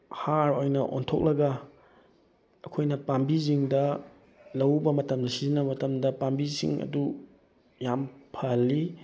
ꯍꯥꯔ ꯑꯣꯏꯅ ꯑꯣꯟꯊꯣꯛꯂꯒ ꯑꯩꯈꯣꯏꯅ ꯄꯥꯝꯕꯤꯁꯤꯡꯗ ꯂꯧꯎꯕ ꯃꯇꯝꯗ ꯁꯤꯖꯤꯟꯅ ꯃꯇꯝꯗ ꯄꯥꯝꯕꯤꯁꯤꯡ ꯑꯗꯨ ꯌꯥꯝ ꯐꯍꯜꯂꯤ